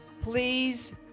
please